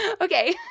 Okay